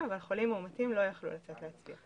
והחולים המאומתים לא יכלו לצאת להצביע.